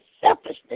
selfishness